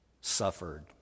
suffered